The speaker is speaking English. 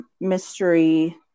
Mystery